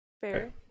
Fair